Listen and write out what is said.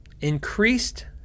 increased